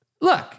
look